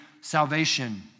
salvation